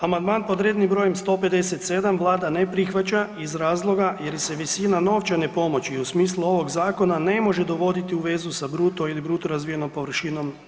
Amandman pod rednim brojem 157 Vlada ne prihvaća iz razloga jer se visina novčane pomoći u smislu ovog zakona ne može dovoditi u vezu sa bruto ili bruto razvijenom površinom